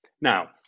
Now